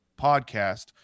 podcast